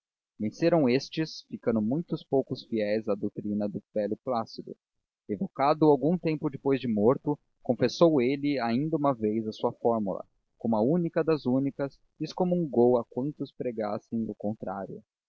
sensações venceram estes ficando mui poucos fiéis à doutrina do velho plácido evocado algum tempo depois de morto confessou ele ainda uma vez a sua fórmula como a única das únicas e excomungou a quantos pregassem o contrário